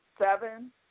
seven